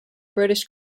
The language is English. british